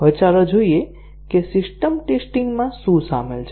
હવે ચાલો જોઈએ કે સિસ્ટમ ટેસ્ટીંગ માં શું સામેલ છે